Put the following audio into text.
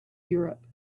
europe